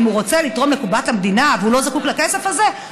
אם הוא רוצה לתרום לקופת המדינה והוא לא זקוק לכסף הזה,